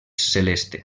celeste